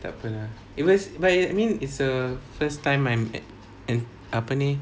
tak apa eh where's but I mean is err first time I'm at an apa ni